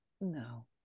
no